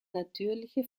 natürliche